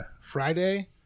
Friday